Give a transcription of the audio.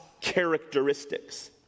characteristics